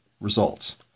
results